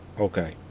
Okay